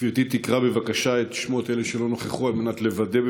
גברתי תקרא בבקשה את שמות אלה שלא נכחו על מנת לוודא.